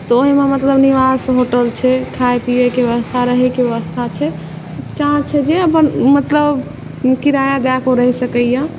तऽ ओहिमे मतलब निवास होटल छै खाइ पिएके बेबस्था रहैके बेबस्था छै अपन मतलब किराया दऽ कऽ ओ रहि सकैए